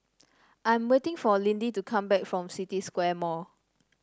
I am waiting for Lindy to come back from City Square Mall